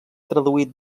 traduït